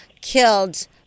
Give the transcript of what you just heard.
killed